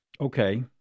Okay